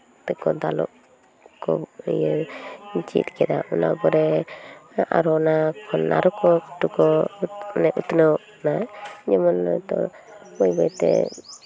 ᱛᱮᱠᱚ ᱫᱟᱞᱚᱵ ᱠᱚ ᱤᱭᱟᱹ ᱪᱮᱫ ᱠᱮᱫᱟ ᱚᱱᱟ ᱯᱚᱨᱮ ᱟᱨ ᱚᱱᱟ ᱠᱷᱚᱱ ᱟᱨᱚ ᱠᱚ ᱛᱩᱠᱟᱹ ᱢᱮᱫ ᱩᱛᱱᱟᱹᱣ ᱡᱮᱢᱚᱱ ᱟᱫᱚ ᱵᱟᱹᱭ ᱵᱟᱹᱭ ᱛᱮ